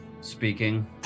speaking